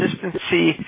consistency